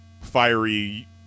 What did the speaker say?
Fiery